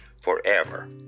forever